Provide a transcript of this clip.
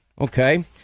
Okay